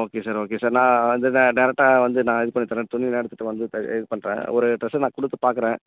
okay sir okay sir நான் வந்து நான் டேரக்ட்டாக வந்து நான் இது பண்ணித் தரேன் துணியெல்லாம் எடுத்துகிட்டு வந்து த இது பண்ணுறேன் ஒரு ட்ரெஸ்ஸை நான் கொடுத்துப் பார்க்கறேன்